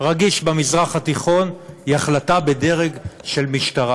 רגיש במזרח התיכון היא החלטה בדרג של משטרה?